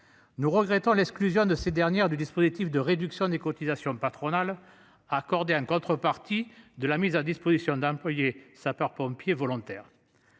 Nous regrettons l'exclusion de ces dernières du dispositif de réduction des cotisations patronales accordées en contrepartie de la mise à disposition d'employés sapeur-pompier volontaire.